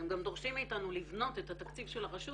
הם גם דורשים מאיתנו לבנות את התקציב של הרשות